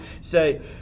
say